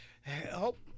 help